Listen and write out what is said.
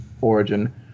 origin